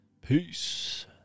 peace